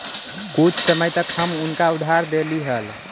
कुछ समय तक हम उनका उधार देली हल